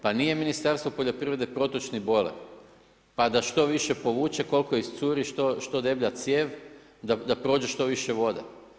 Pa nije Ministarstvo poljoprivrede protočni bojler pa da što više povuče, koliko iscuri što deblja cijev da prođe što više vode.